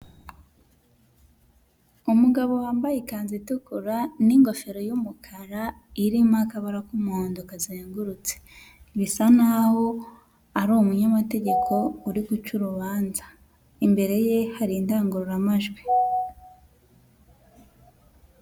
Umugabo wambaye ikanzu itukura n'ingofero y'umukara irimo akabara k'umuhondo kazengurutse. Bisa naho ari umunyamategeko uri guca urubanza. Imbere ye hari indangururamajwi.